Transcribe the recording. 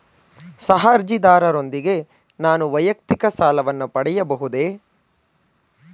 ಸಹ ಅರ್ಜಿದಾರರೊಂದಿಗೆ ನಾನು ವೈಯಕ್ತಿಕ ಸಾಲವನ್ನು ಪಡೆಯಬಹುದೇ?